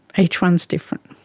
each one is different.